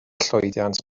llwyddiant